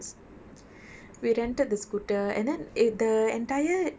so we rented I think two scooters for my entire family we took turns